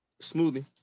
Smoothie